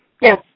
Yes